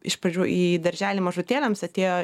iš pradžių į darželį mažutėliams atėjo